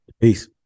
Peace